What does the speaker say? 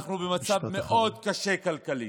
אנחנו במצב מאוד קשה כלכלית.